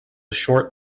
short